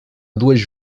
duas